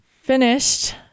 Finished